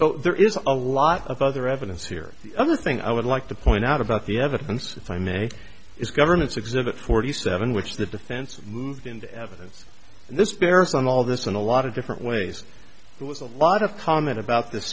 so there is a lot of other evidence here the other thing i would like to point out about the evidence if i may is government's exhibit forty seven which the defense moved into evidence and this bears on all this in a lot of different ways there was a lot of comment about th